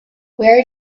where